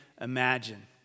imagine